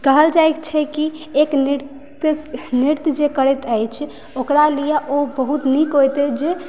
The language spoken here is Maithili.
कहल जाइक छै कि एक नर्तक नृत्य जे करैत अछि ओकरा लियऽ ओ बहुत नीक होइते जे